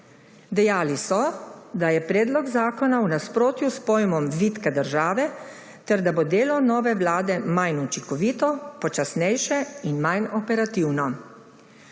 Dejali so, da je predlog zakona v nasprotju s pojmom vitke države ter da bo delo nove vlade manj učinkovito, počasnejše in manj operativno.